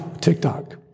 TikTok